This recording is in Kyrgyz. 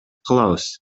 кылабыз